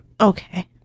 okay